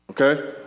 okay